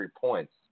points